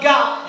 God